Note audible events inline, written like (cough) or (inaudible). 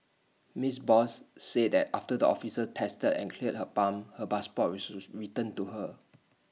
miss Bose said that after the officers tested and cleared her pump her passport was (noise) returned to her